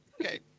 Okay